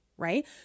Right